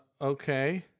Okay